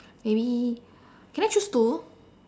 maybe can I choose two